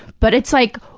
but it's like,